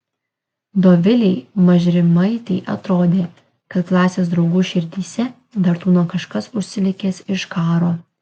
dovilei mažrimaitei atrodė kad klasės draugų širdyse dar tūno kažkas užsilikęs iš karo